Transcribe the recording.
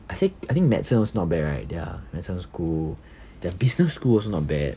I think I think medicine also not bad right their medicine school their business school also not bad